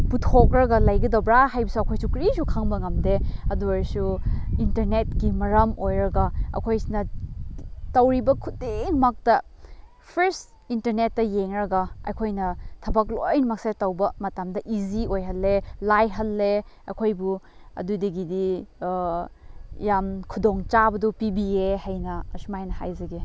ꯄꯨꯊꯣꯛꯂꯒ ꯂꯩꯒꯗꯕ꯭ꯔꯥ ꯍꯥꯏꯕꯁꯨ ꯑꯩꯈꯣꯏꯁꯨ ꯀꯔꯤꯁꯨ ꯈꯪꯕ ꯉꯝꯗꯦ ꯑꯗꯨ ꯑꯣꯏꯔꯁꯨ ꯏꯟꯇꯔꯅꯦꯠꯀꯤ ꯃꯔꯝ ꯑꯣꯏꯔꯒ ꯑꯩꯈꯣꯏꯁꯤꯅ ꯇꯧꯔꯤꯕ ꯈꯨꯗꯤꯡꯃꯛꯇ ꯐ꯭ꯔꯦꯁ ꯏꯟꯇꯔꯅꯦꯠꯇ ꯌꯦꯡꯂꯒ ꯑꯩꯈꯣꯏꯅ ꯊꯕꯛ ꯂꯣꯏꯅꯃꯛꯁꯦ ꯇꯧꯕ ꯃꯇꯝꯗ ꯏꯖꯤ ꯑꯣꯏꯍꯜꯂꯦ ꯂꯥꯏꯍꯜꯂꯦ ꯑꯩꯈꯣꯏꯕꯨ ꯑꯗꯨꯗꯒꯤꯗꯤ ꯌꯥꯝ ꯈꯨꯗꯣꯡ ꯆꯥꯕꯗꯨ ꯄꯤꯕꯤꯌꯦ ꯍꯥꯏꯅ ꯑꯁꯨꯃꯥꯏꯅ ꯍꯥꯏꯖꯒꯦ